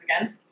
Again